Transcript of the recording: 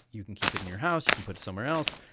you can keep it in your house, you can put it somewhere else,